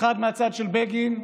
אחד מהצד של בגין,